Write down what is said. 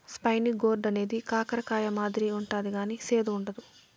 spiny gourd అనేది కాకర కాయ మాదిరి ఉంటది కానీ సేదు ఉండదు